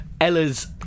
Ella's